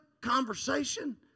conversation